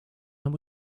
and